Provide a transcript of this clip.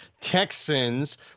Texans